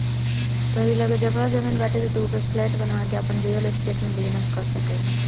तोहरी लगे जगह जमीन बाटे तअ तू ओपे फ्लैट बनवा के आपन रियल स्टेट में बिजनेस कर सकेला